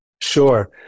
Sure